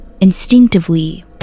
instinctively